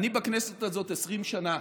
אני בכנסת הזאת 20 שנה,